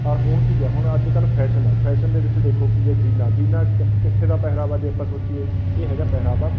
ਪਰ ਹੁਣ ਕੀ ਆ ਹੁਣ ਅੱਜ ਕੱਲ੍ਹ ਫੈਸ਼ਨ ਆ ਫੈਸ਼ਨ ਦੇ ਵਿੱਚ ਦੇਖੋ ਕੀ ਆ ਜੀਨਾਂ ਜੀਨਾਂ ਕ ਕਿੱਥੇ ਦਾ ਪਹਿਰਾਵਾ ਜੇ ਆਪਾਂ ਸੋਚੀਏ ਇਹ ਹੈਗਾ ਪਹਿਰਾਵਾ